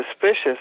suspicious